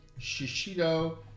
shishito